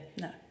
No